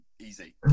Easy